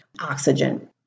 oxygen